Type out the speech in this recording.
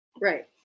Right